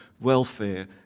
welfare